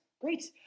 great